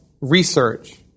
research